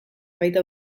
baita